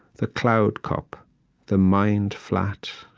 the cloud cup the mind flat,